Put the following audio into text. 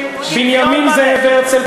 בנימין זאב הרצל,